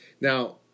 Now